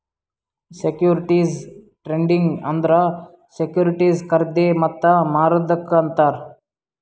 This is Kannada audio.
ಸೆಕ್ಯೂರಿಟಿಸ್ ಟ್ರೇಡಿಂಗ್ ಅಂದುರ್ ಸೆಕ್ಯೂರಿಟಿಸ್ ಖರ್ದಿ ಮತ್ತ ಮಾರದುಕ್ ಅಂತಾರ್